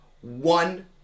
one